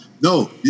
No